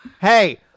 hey